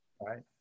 Right